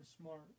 smart